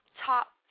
top